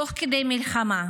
תוך כדי מלחמה,